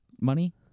Money